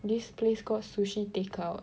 this place called sushi take out